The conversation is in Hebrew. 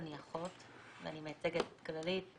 אני אחות ואני מייצגת את כללית.